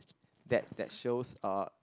that that shows uh